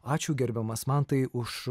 ačiū gerbiamas mantai už